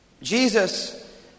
Jesus